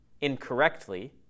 incorrectly